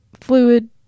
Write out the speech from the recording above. fluid